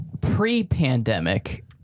pre-pandemic